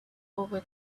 over